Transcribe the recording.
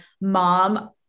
mom